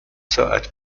ساعت